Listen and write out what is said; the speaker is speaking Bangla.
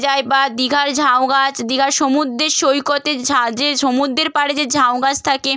যায় বা দীঘার ঝাউগাছ দীঘার সমুদ্রের সৈকতে ঝা যে সমুদ্রের পাড়ে যে ঝাউগাছ থাকে